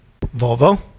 Volvo